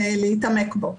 להתעמק בו.